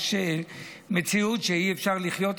יש מציאות שאי-אפשר לחיות איתה.